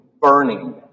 burning